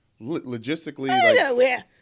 Logistically